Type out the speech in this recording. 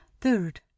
third